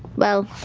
well,